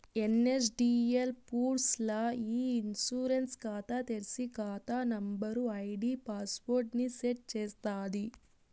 NSDL పూర్స్ ల్ల e insurance కాతా తెర్సి, కాతా నంబరు, ఐడీ పాస్వర్డ్ ని సెట్ చేస్తాది